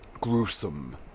gruesome